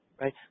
right